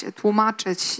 tłumaczyć